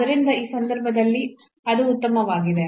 ಆದ್ದರಿಂದ ಆ ಸಂದರ್ಭದಲ್ಲಿ ಅದು ಉತ್ತಮವಾಗಿದೆ